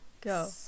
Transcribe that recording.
Go